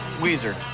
Weezer